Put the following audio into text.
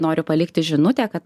noriu palikti žinutę kad